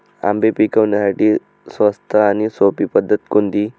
आंबे पिकवण्यासाठी स्वस्त आणि सोपी पद्धत कोणती?